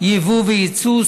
יבוא ויצוא,